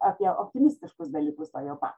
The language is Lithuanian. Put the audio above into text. apie optimistiškus dalykus tuojau pat